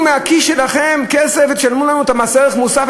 מהכיס שלכם כסף ותשלמו לנו מס ערך מוסף,